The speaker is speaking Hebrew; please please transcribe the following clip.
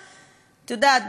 את יודעת,